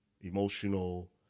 emotional